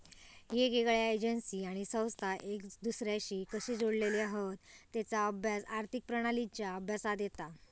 येगयेगळ्या एजेंसी आणि संस्था एक दुसर्याशी कशे जोडलेले हत तेचा अभ्यास आर्थिक प्रणालींच्या अभ्यासात येता